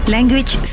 Language